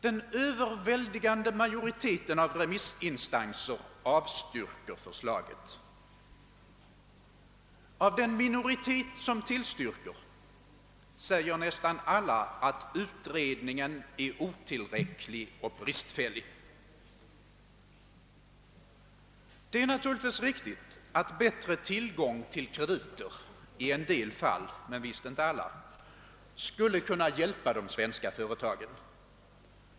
Den överväldigande majoriteten av remissinstanser avstyrker förslaget; av den minoritet instanser som tillstyrker förklarar nästan alla att utredningen är otillräcklig och bristfällig. Det är naturligtvis riktigt att bättre tillgång till krediter i en del fall — men visst inte alla — skulle kunna hjälpa de svenska företagen.